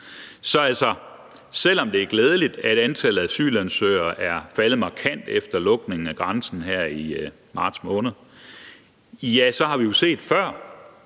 Selv om det er glædeligt, at antallet af asylansøgere er faldet markant efter lukningen af grænsen her i marts måned, så har vi jo før